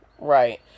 Right